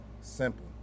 Simple